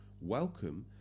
Welcome